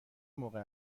موقع